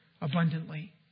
abundantly